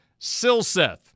Silseth